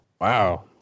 Wow